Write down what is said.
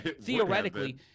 theoretically